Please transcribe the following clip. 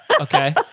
Okay